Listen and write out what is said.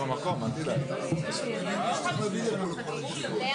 שאל היושב-ראש האם אפשר לפצל מגרש לצורך